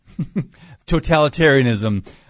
totalitarianism